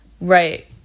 Right